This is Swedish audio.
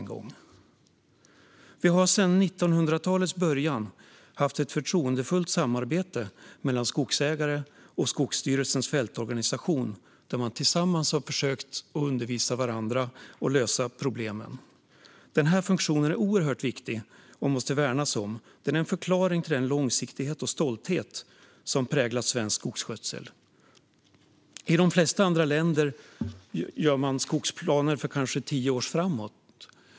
Det tredje skälet är att vi sedan 1900-talets början har haft ett förtroendefullt samarbete mellan skogsägare och Skogsstyrelsens fältorganisation, där man försökt undervisa varandra och lösa problemen tillsammans. Den här funktionen är oerhört viktig och måste värnas. Den är en förklaring till den långsiktighet och stolthet som präglar svensk skogsskötsel. I de flesta andra länder gör man skogsplaner för kanske tio år framåt.